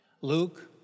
Luke